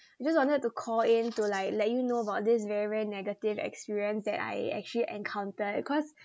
just wanted to call in to like let you know about this very very negative experience that I actually encountered cause